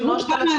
בגשמים,